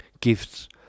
gifts